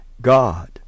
God